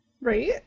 Right